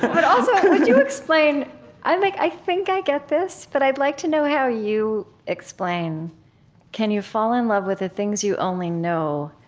but also, would you explain i like i think i get this, but i'd like to know how you explain can you fall in love with the things you only know,